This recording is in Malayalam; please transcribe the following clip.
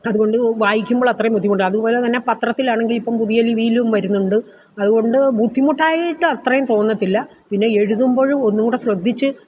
അതുകൊണ്ട് വായിക്കുമ്പോളത്രയും ബുദ്ധിമുട്ട് അതുപോലെതന്നെ പത്രത്തിലാണെങ്കിൽ ഇപ്പം പുതിയ ലിപിയിലും വരുന്നുണ്ട് അതുകൊണ്ട് ബുദ്ധിമുട്ടായിട്ട് അത്രയും തോന്നത്തില്ല പിന്നെ എഴുതുമ്പോഴ് ഒന്നും കൂടെ ശ്രദ്ധിച്ച്